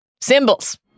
Symbols